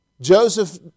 Joseph